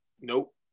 Nope